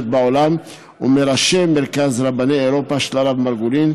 בעולם ומראשי מרכז רבני אירופה של הרב מרגולין.